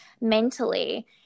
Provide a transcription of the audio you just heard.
mentally